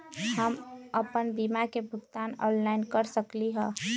हम अपन बीमा के भुगतान ऑनलाइन कर सकली ह?